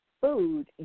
food